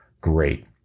great